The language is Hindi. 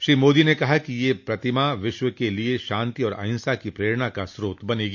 श्री मोदी ने कहा कि यह प्रतिमा विश्व के लिए शांति और अहिंसा की प्रेरणा का स्रोत बनेगी